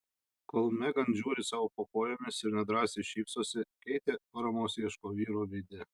kol megan žiūri sau po kojomis ir nedrąsai šypsosi keitė paramos ieško vyro veide